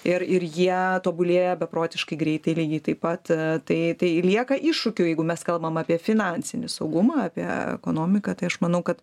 ir ir jie tobulėja beprotiškai greitai lygiai taip pat tai tai lieka iššūkių jeigu mes kalbam apie finansinį saugumą apie ekonomiką tai aš manau kad